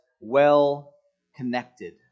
well-connected